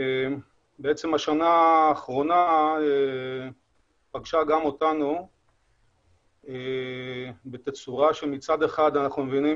השנה האחרונה פגשה אותנו בתצורה שמצד אחד אנחנו מבינים